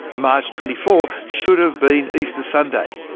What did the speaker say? march twenty four, should have been easter sunday.